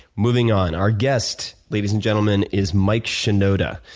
moving on. our guest, ladies and gentlemen, is mike shinoda.